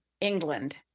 england